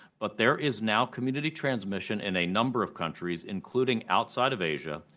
but there is now community transmission in a number of countries, including outside of asia,